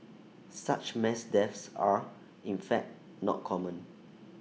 such mass deaths are in fact not common